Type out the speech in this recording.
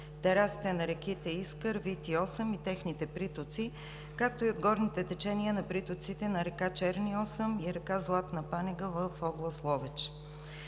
терасите на реките Искър, Вит и Осъм и техните притоци, както и от горните течения на притоците на река Черни Осъм и река Златна Панега в област Ловеч.